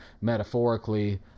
metaphorically